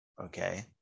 okay